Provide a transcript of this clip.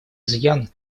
изъян